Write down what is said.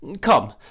Come